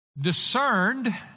discerned